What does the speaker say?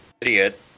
idiot